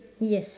yes